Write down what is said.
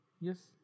Yes